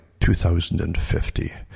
2050